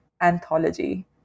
anthology